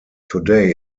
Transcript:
today